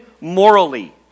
morally